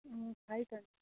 अँ खाएँ त